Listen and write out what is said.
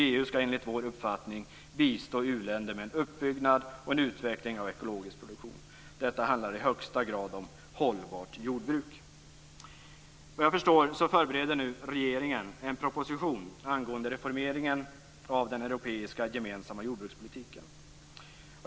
EU skall enligt vår uppfattning bistå u-länder med en uppbyggnad och en utveckling av ekologisk produktion. Detta handlar i högsta grad om hållbart jordbruk. Såvitt jag förstår förbereder nu regeringen en proposition angående reformeringen av den europeiska gemensamma jordbrukspolitiken.